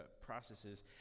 processes